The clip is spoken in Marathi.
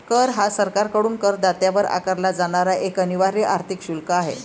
कर हा सरकारकडून करदात्यावर आकारला जाणारा एक अनिवार्य आर्थिक शुल्क आहे